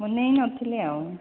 ମୁଁ ନେଇ ନଥିଲି ଆଉ